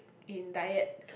in diet